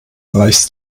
reichst